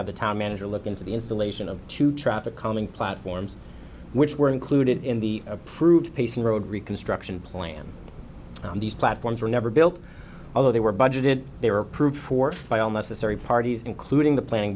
have the town manager look into the installation of two traffic calming platforms which were included in the approved pacing road reconstruction plan on these platforms were never built although they were budgeted they were approved for by all necessary parties including the planning